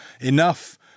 Enough